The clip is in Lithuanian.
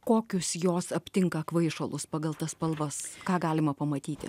kokius jos aptinka kvaišalus pagal tas spalvas ką galima pamatyti